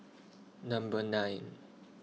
Number nine